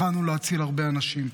יכולנו להציל הרבה אנשים.